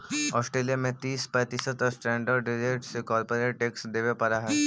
Australia में तीस प्रतिशत स्टैंडर्ड रेट से कॉरपोरेट टैक्स देवे पड़ऽ हई